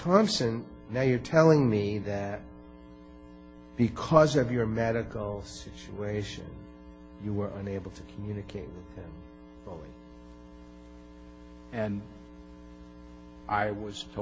thompson now you're telling me that because of your medical situation you were unable to communicate and i was to